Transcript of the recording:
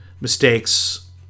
mistakes